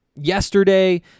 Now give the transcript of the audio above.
Yesterday